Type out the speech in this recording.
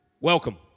Welcome